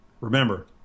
Remember